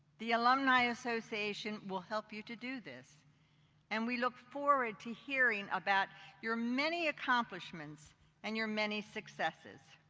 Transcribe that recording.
the alumni association will help you to do this and we look forward to hearing about your many accomplishments and your many successes.